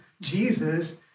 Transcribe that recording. Jesus